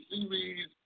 series